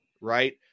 right